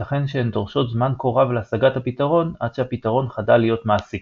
ייתכן שהן דורשות זמן כה רב להשגת הפתרון עד שהפתרון חדל להיות מעשי –